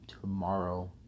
tomorrow